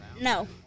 No